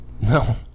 No